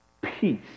peace